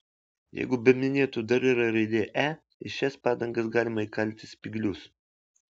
jeigu be minėtų dar yra ir raidė e į šias padangas galima įkalti spyglius